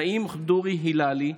נעים ח'צ'ורי הלאלי,